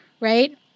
right